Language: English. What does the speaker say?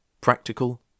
practical